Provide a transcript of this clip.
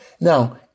Now